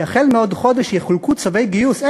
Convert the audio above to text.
שהחל מעוד חודש יחולקו צווי גיוס,